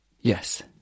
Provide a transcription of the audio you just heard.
Yes